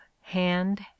hand